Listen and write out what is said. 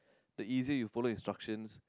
the easier you follow instructions